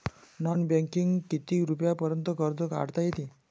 Non बँकिंगनं किती रुपयापर्यंत कर्ज काढता येते?